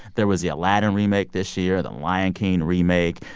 there was the aladdin remake this year, the lion king remake.